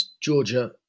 Georgia